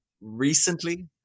recently